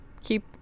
keep